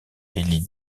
élit